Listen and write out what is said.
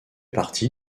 partie